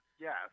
Yes